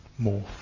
morph